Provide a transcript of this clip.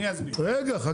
זה